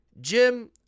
Jim